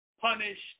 punished